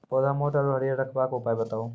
पौधा मोट आर हरियर रखबाक उपाय बताऊ?